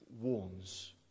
warns